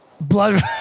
Blood